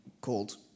called